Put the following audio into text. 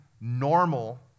normal